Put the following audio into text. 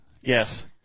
Yes